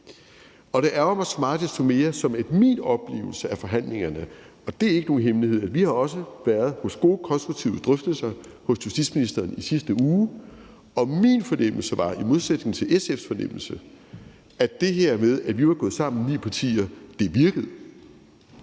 mere, fordi min oplevelse og fornemmelse af forhandlingerne – og det er ikke nogen hemmelighed, at vi også har været til gode, konstruktive drøftelser hos justitsministeren i sidste uge – var, i modsætning til SF's fornemmelse, at det her med, at vi var gået sammen ni partier, virkede.